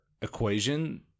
equation